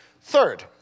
Third